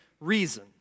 reason